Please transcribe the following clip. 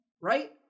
right